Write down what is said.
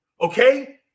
okay